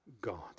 God